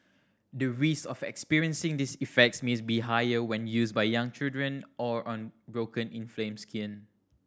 the risk of experiencing these effects may be higher when used by young children or on broken inflamed skin